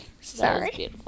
Sorry